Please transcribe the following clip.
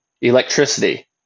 electricity